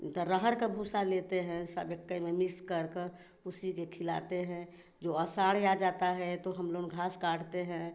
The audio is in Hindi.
तो अरहर का भूसा लेते हैं सब एक में मिस करकर उसी के खिलाते हैं जो असाढ़ी आ जाता है तो हम लोग घास काटते हैं